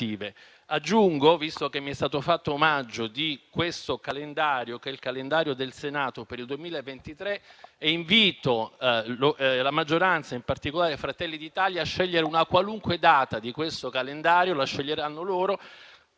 Inoltre, visto che mi è stato fatto omaggio del calendario del Senato del 2023, invito la maggioranza, in particolare Fratelli d'Italia, a scegliere una qualunque data di questo calendario (la sceglieranno loro),